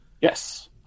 Yes